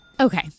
Okay